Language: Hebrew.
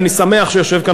ואני שמח שיושב כאן,